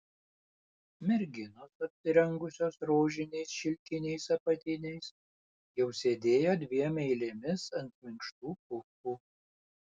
merginos apsirengusios rožiniais šilkiniais apatiniais jau sėdėjo dviem eilėmis ant minkštų pufų